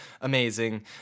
amazing